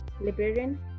librarian